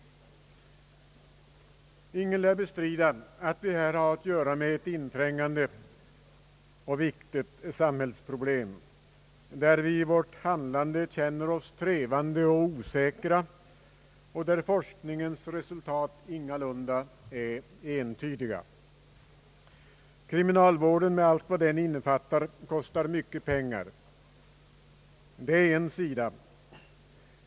Ingen lär bestrida att vi här har att göra med ett inträngande och viktigt samhällsproblem där vi i vårt handlande känner oss trevande och osäkra och där forskningens resultat ingalunda är entydiga. Kriminalvården med allt vad den innefattar kostar mycket pengar. Det är en sida.